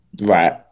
Right